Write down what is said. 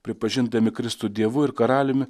pripažindami kristų dievu ir karaliumi